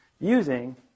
using